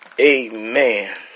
Amen